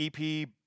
EP